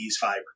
fiber